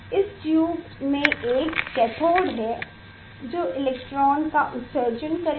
इस ट्यूब में एक कैथोड है जो इलेक्ट्रॉन का उत्सर्जन करेगा